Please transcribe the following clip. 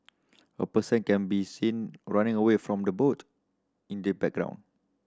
a person can be seen running away from the boat in the background